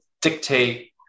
dictate